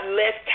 less